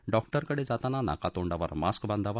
डॉक्टरांकडे जाताना नाकातोंडावर मास्क बांधावा